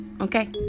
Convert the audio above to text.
okay